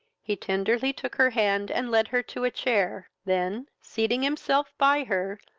he tenderly took her hand, and led her to a chair then, seating himself by her,